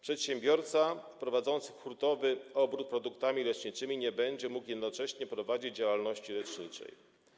Przedsiębiorca prowadzący hurtowy obrót produktami leczniczymi nie będzie mógł jednocześnie prowadzić działalności leczniczej.